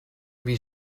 wie